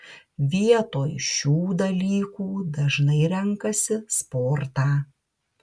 vietoj šių dalykų dažnai renkasi sportą